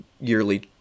yearly